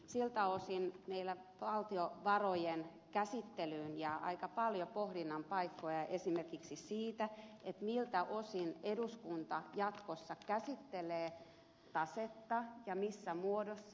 siltä osin meillä valtiovarojen käsittelyyn jää aika paljon pohdinnan paikkoja esimerkiksi siitä miltä osin eduskunta jatkossa käsittelee tasetta ja missä muodossa